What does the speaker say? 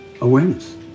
awareness